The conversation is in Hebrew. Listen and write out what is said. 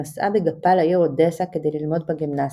נסעה בגפה לעיר אודסה כדי ללמוד בגימנסיה.